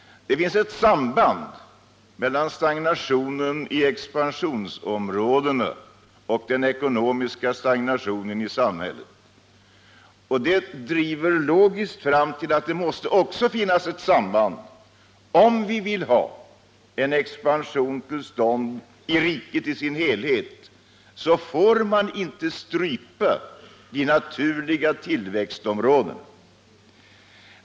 Det finns ett samband mellan stagnationen i expansionsområdena och den ekonomiska stagnationen i samhället. Detta leder logiskt fram till att om vi vill ha en expansion till stånd i riket i dess helhet, så får man inte strypa de naturliga tillväxtområdena.